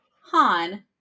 han